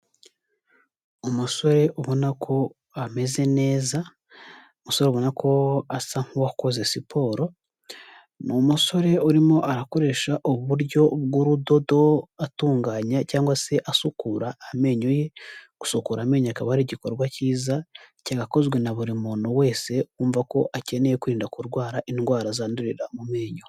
Umusore ubona ko ameze neza, musore abona ko asa nkuwakoze siporo. Ni umusore urimo arakoresha uburyo bw'urudodo, atunganya cyangwa se asukura amenyo ye. Gusukura amenyo akaba ari igikorwa cyiza cyagakozwe na buri muntu wese wumva ko akeneye kwirinda kurwara indwara zandurira mu menyo.